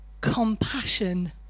compassion